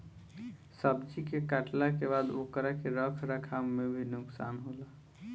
सब्जी के काटला के बाद ओकरा के रख रखाव में भी नुकसान होला